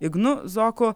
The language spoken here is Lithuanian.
ignu zoku